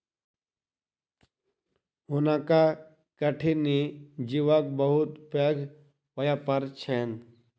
हुनका कठिनी जीवक बहुत पैघ व्यापार छैन